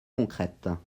concrètes